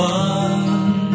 one